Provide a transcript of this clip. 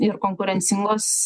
ir konkurencingos